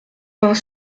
vingt